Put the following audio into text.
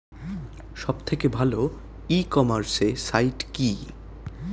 সব থেকে ভালো ই কমার্সে সাইট কী?